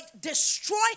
destroy